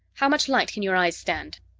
how much light can your eyes stand?